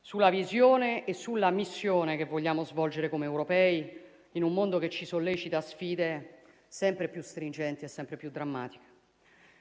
sulla visione e sulla missione che vogliamo svolgere come europei, in un mondo che ci sollecita sfide sempre più stringenti e sempre più drammatiche.